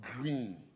Green